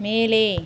மேலே